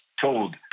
told